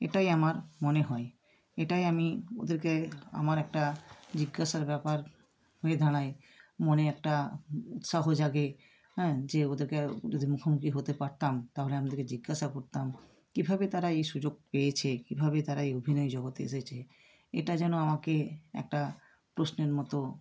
এটাই আমার মনে হয় এটাই আমি ওদেরকে আমার একটা জিজ্ঞাসার ব্যাপার হয়ে দাঁড়ায় মনে একটা উৎসাহ জাগে হ্যাঁ যে ওদেরকে যদি মুখোমুখি হতে পারতাম তাহলে আমি ওদেরকে জিজ্ঞাসা করতাম কীভাবে তারা এই সুযোগ পেয়েছে কীভাবে তারা এই অভিনয় জগতে এসেছে এটা যেন আমাকে একটা প্রশ্নের মতো